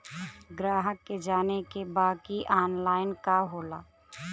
ग्राहक के जाने के बा की ऑनलाइन का होला?